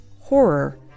horror